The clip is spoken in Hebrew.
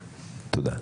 תודה.